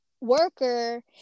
worker